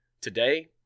Today